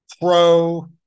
pro